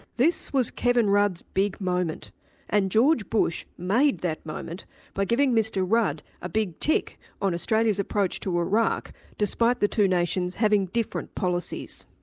this was kevin rudd's big moment and george bush made that moment by giving mr rudd a big tick on australia's approach to iraq, despite the two nations having different policies.